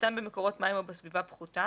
שפגיעתם במקורות מים או בסביבה פחותה,